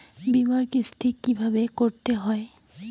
বিমার কিস্তি কিভাবে করতে হয়?